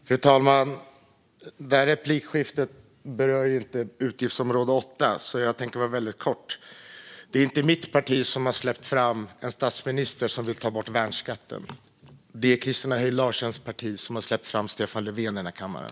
Fru talman! Det här replikskiftet berör inte utgiftsområde 8. Jag tänker därför vara väldigt kortfattad. Det är inte mitt parti som har släppt fram en statsminister som vill ta bort värnskatten. Det är Christina Höj Larsens parti som har släppt fram Stefan Löfven i den här kammaren.